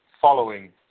following